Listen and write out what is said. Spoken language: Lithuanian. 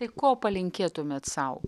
tai ko palinkėtumėt sau